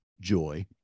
joy